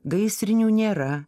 gaisrinių nėra